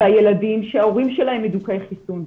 והילדים שההורים שלהם מדוכאי חיסון,